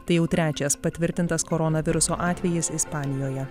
tai jau trečias patvirtintas koronaviruso atvejis ispanijoje